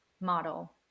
model